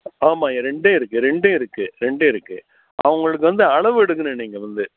ஆமாம் ரெண்டும் இருக்குது ரெண்டும் இருக்குது ரெண்டும் இருக்குது அவங்களுக்கு வந்து அளவு எடுக்கணும் நீங்கள் வந்து